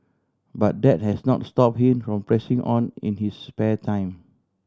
but that has not stop him from pressing on in his spare time